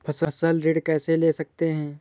फसल ऋण कैसे ले सकते हैं?